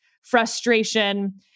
frustration